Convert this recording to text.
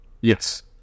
Yes